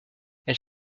elle